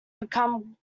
become